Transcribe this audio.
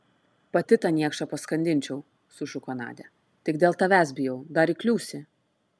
pati tą niekšą paskandinčiau sušuko nadia tik dėl tavęs bijau dar įkliūsi